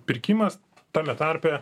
pirkimas tame tarpe